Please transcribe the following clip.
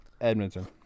Edmonton